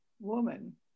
woman